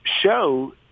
show